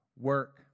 work